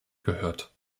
gehört